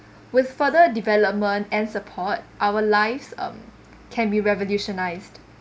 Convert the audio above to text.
with further development and support our lives um can be revolutionised